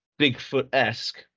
Bigfoot-esque